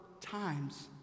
times